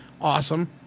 awesome